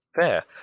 Fair